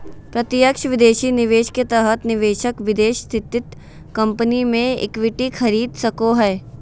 प्रत्यक्ष विदेशी निवेश के तहत निवेशक विदेश स्थित कम्पनी मे इक्विटी खरीद सको हय